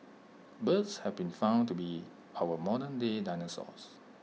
birds have been found to be our modernday dinosaurs